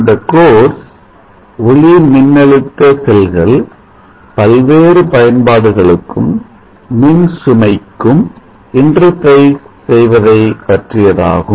இந்த கோர்ஸ் ஒளிமின்னழுத்த செல்கள் பல்வேறு பயன்பாடுகளுக்கும் மின் சுமை க்கும் இன்டர்பேஸ் செய்வதை பற்றியதாகும்